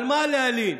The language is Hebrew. על מה להלין?